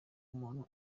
umuntu